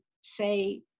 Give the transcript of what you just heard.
say